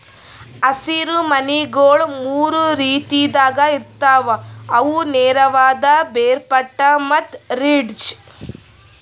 ಹಸಿರು ಮನಿಗೊಳ್ ಮೂರು ರೀತಿದಾಗ್ ಇರ್ತಾವ್ ಅವು ನೇರವಾದ, ಬೇರ್ಪಟ್ಟ ಮತ್ತ ರಿಡ್ಜ್